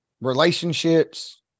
relationships